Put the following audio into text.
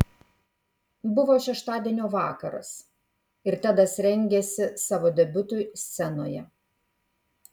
buvo šeštadienio vakaras ir tedas rengėsi savo debiutui scenoje